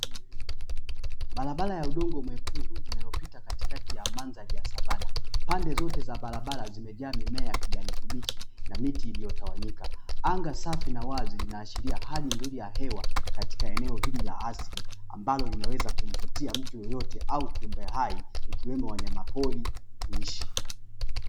Barabara ya udongo mwekundu inayopia katikati ya mandhari ya savana, pande zote za barabara zimejaa mimea ya kijani kibichi, na miti iliyotawanyika. Anga safi na wazi linaashiria hali nzuri ya hewa, katika eneo hili ya asili, ambalo linaweza kumvutia mtu yeyote au kiumbe hai ikiwemo wanyama pori kuishi.